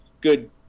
good